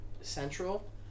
Central